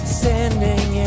sending